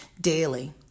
daily